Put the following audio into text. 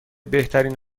بهترین